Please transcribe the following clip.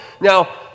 Now